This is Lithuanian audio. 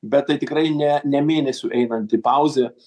bet tai tikrai ne ne mėnesiu einanti pauzė